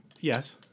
Yes